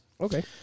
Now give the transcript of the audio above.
Okay